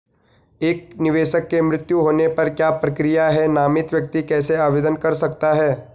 एक निवेशक के मृत्यु होने पर क्या प्रक्रिया है नामित व्यक्ति कैसे आवेदन कर सकता है?